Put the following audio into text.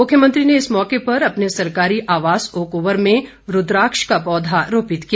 मुख्यमंत्री ने इस मौके पर अपने सरकारी आवास ओकओवर में रूद्राक्ष का पौधा रोपित किया